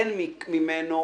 אין ממנו